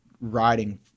riding